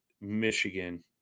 Michigan